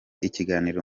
ikiganiro